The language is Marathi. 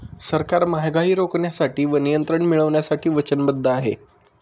सरकार महागाई रोखण्यासाठी व नियंत्रण मिळवण्यासाठी वचनबद्ध आहे